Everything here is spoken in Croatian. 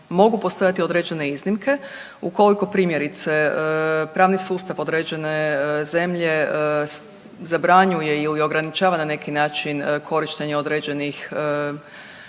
mogu postojati određene iznimke ukoliko primjerice pravni sustav određene zemlje zabranjuje ili ograničava na neki način korištenje određenih namirnica